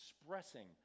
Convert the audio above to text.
Expressing